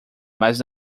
mas